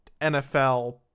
nfl